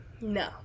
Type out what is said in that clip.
No